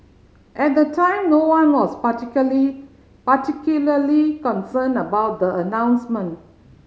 at the time no one was particularly concerned about the announcement